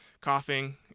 coughing